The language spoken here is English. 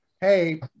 hey